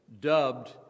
dubbed